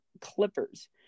Clippers